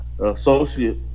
associate